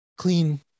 clean